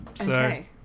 Okay